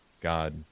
God